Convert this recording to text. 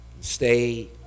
Stay